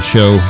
Show